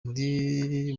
bibiri